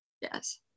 Yes